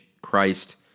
Christ